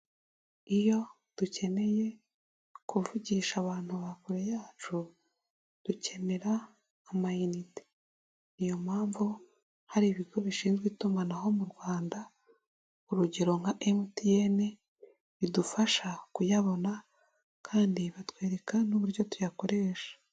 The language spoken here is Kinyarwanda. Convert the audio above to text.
Iyo dukeneye kuvugisha abantu ba kure yacu dukenera amayinite niyo mpamvu hari ibigo bishinzwe itumanaho mu Rwanda urugero nka MTN bidufasha kuyabona kandi batwereka n'uburyo tuyakoresha.